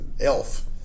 elf